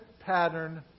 pattern